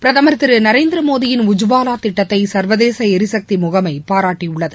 பிரதமர் திரு நரேந்திரமோடியின் உஜ்வாலா திட்டத்தை சர்வதேச எரிசக்தி முகமை பாராட்டியுள்ளது